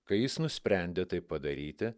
kai jis nusprendė tai padaryti